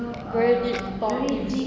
need deep thoughts deep thinking